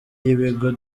y’ibigo